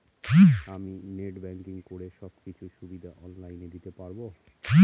আমি net banking করে সব কিছু সুবিধা অন লাইন দিতে পারবো?